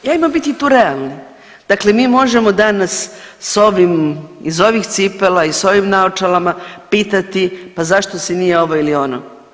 I ajmo biti tu realni, dakle mi možemo danas s ovim iz ovih cipela i s ovim naočalama pitati pa zašto se nije ovo ili ono.